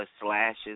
slashes